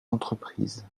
entreprises